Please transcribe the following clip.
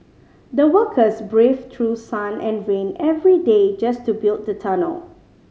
the workers braved through sun and rain every day just to build the tunnel